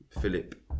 Philip